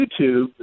YouTube